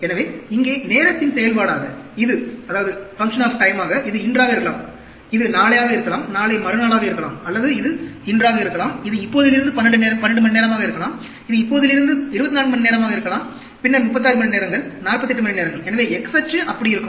எனவே இங்கே நேரத்தின் செயல்பாடாக இது இன்றாக இருக்கலாம் இது நாளையாக நாளை மறுநாளாக இருக்கலாம் அல்லது இது இன்றாக இருக்கலாம் இது இப்போதிலிருந்து 12 மணிநேரமாக இருக்கலாம் இது இப்போதிலிருந்து 24 மணிநேரமாக இருக்கலாம் பின்னர் 36 மணிநேரங்கள் 48 மணிநேரங்கள் எனவே x அச்சு அப்படி இருக்கும்